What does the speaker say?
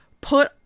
put